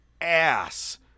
ass